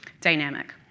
dynamic